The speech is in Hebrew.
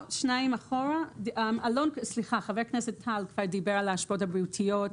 חבר הכנסת טל כבר דיבר על ההשפעות הבריאותיות,